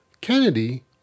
Kennedy